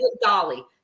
Dolly